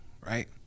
right